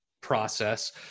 process